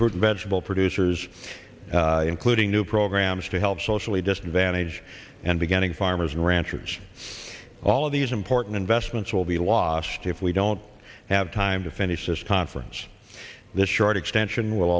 fruit and vegetable producers including new programs to help socially disadvantaged and beginning farmers and ranchers all of these important investments will be lost if we don't have time to finish this conference this short extension will